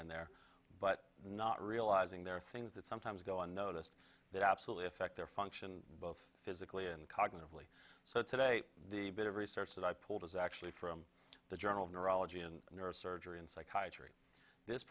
and there but not realizing there are things that sometimes go unnoticed that absolutely affect their function both physically and cognitively so today the bit of research that i pulled is actually from the journal of neurology and neurosurgery and psychiatry this